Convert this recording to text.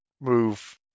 move